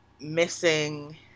missing